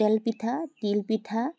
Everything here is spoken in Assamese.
তেল পিঠা তিল পিঠা